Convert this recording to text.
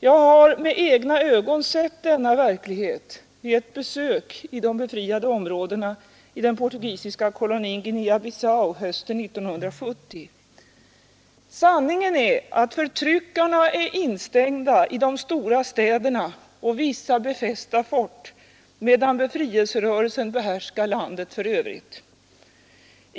Jag har med egna ögon sett denna verklighet vid ett besök i de befriade områdena i den portugisiska kolonin Guinea Bissau hösten 1970. Sanningen är att förtryckarna är instängda i de stora städerna och vissa befästa fort, medan befrielserörelsen behärskar landet i Övrigt.